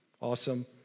awesome